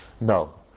No